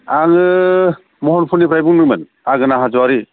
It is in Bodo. आङो महनपुरनिफ्राय बुंदोंमोन हागोना हाज'वारि